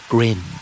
Grin